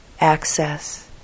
access